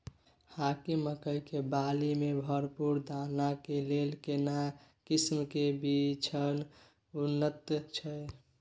हाकीम मकई के बाली में भरपूर दाना के लेल केना किस्म के बिछन उन्नत छैय?